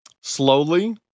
slowly